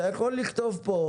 אתה יכול לכתוב פה: